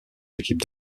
l’équipe